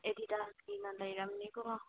ꯑꯦꯗꯤꯗꯥꯁꯀꯤꯅ ꯂꯩꯔꯝꯅꯤꯀꯣ